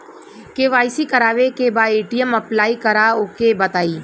KYC करावे के बा ए.टी.एम अप्लाई करा ओके बताई?